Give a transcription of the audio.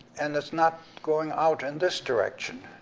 and it's not going out in this direction.